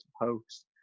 host